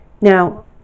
Now